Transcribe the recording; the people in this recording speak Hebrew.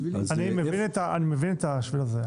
גינה ציבורית --- אני מבין לגבי השביל הזה.